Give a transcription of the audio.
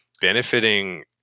benefiting